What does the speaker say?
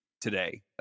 today